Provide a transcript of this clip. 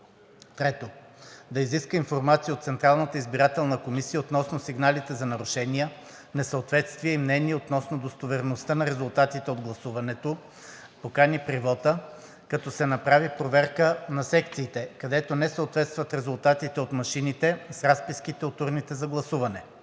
3. Да изиска информация от Централната избирателна комисия относно сигналите за нарушения, несъответствия и мнения относно достоверността на резултатите от гласуването, покани при вота, като се направи проверка на секциите, където не съответстват резултатите от машините с разписките от урните за гласуване.